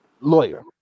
lawyer